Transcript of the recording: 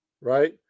right